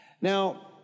Now